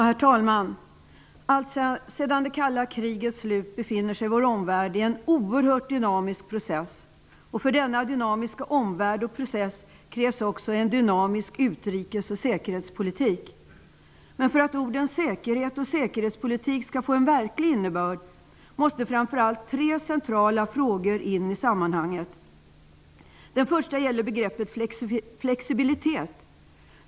Herr talman! Alltsedan det kalla krigets slut befinner sig vår omvärld i en oerhört dynamisk process. För denna dynamiska omvärld och process krävs också en dynamisk utrikes och säkerhetspolitik. För att orden säkerhet och säkerhetspolitik skall få en verklig innebörd måste framför allt tre centrala frågor in i sammanhanget. Den första gäller begreppet flexibilitet.